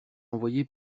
envoyé